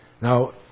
Now